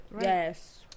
Yes